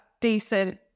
decent